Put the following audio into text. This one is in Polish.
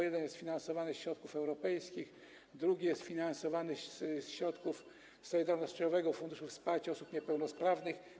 Jeden jest finansowany ze środków europejskich, drugi jest finansowany ze środków Solidarnościowego Funduszu Wsparcia Osób Niepełnosprawnych.